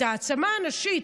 את ההעצמה הנשית,